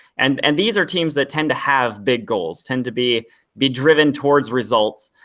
and and these are teams that tend to have big goals, tend to be be driven towards results.